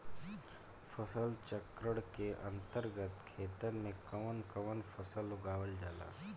फसल चक्रण के अंतर्गत खेतन में कवन कवन फसल उगावल जाला?